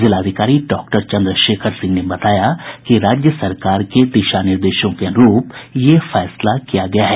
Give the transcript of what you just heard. जिलाधिकारी डॉक्टर चन्द्रशेखर सिंह ने बताया कि राज्य सरकार के दिशा निर्देशों के अनुरूप यह फैसला किया गया है